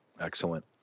Excellent